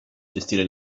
gestire